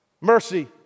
Mercy